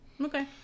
Okay